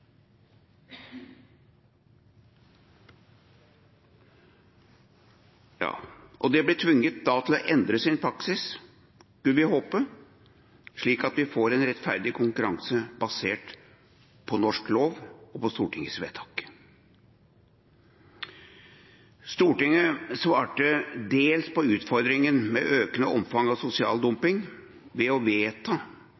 tvunget til å endre sin praksis – får vi håpe – slik at vi får en rettferdig konkurranse basert på norsk lov og på Stortingets vedtak. Stortinget svarte på utfordringen med økende omfang av sosial